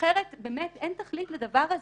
אחרת באמת אין תכלית לדבר הזה.